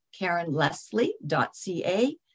karenleslie.ca